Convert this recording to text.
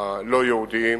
הלא-יהודיים,